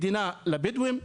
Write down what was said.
מדינה לבדואים,